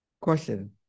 Question